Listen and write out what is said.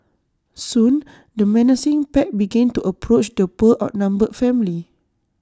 soon the menacing pack began to approach the poor outnumbered family